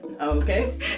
okay